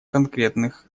конкретных